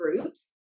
groups